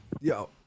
yo